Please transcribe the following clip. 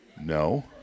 No